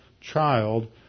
child